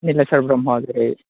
निलेस्वर ब्रम्हआ जेरै